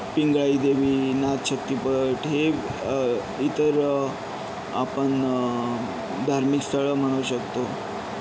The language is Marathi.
पिंगळाई देवी नादशक्ती पीठ हे इतर आपण धार्मिक स्थळं म्हणू शकतो